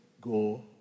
go